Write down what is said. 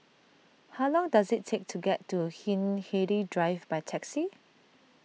how long does it take to get to Hindhede Drive by taxi